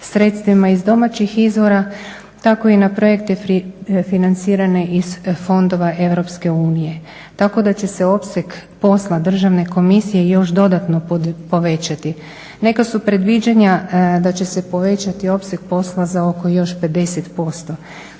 sredstvima iz domaćih izvora tako i na projekte financirane iz fondova Europske unije. Tako da će se opseg posla Državne komisije još dodatno povećati. Neka su predviđanja da će se povećati opseg posla za oko još 50%.